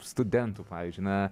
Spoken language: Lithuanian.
studentų pavyzdžiui na